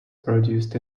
produced